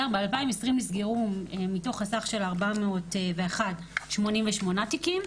ב-2020 מתוך הסך של 401 נסגרו 88 תיקים,